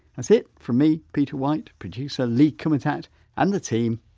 that's it, from me peter white, producer lee kumutat and the team,